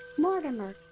mortimer!